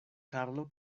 karlo